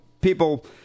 people